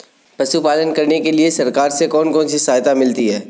पशु पालन करने के लिए सरकार से कौन कौन सी सहायता मिलती है